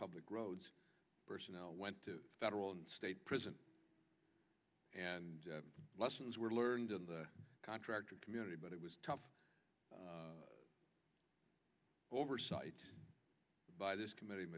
public roads personnel went to federal and state prison and lessons were learned in the contractor community but it was tough oversight by this committe